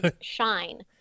shine